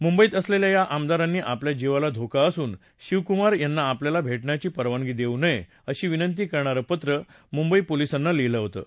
मुंबईत असलेल्या या आमदारांनी आपल्या जीवाला धोका असून शिवकुमार यांना आपल्याला भेटण्याची परवानगी देऊ नये अशी विनंती करणारं पत्र मुंबई पोलिसांना लिहिलं होतं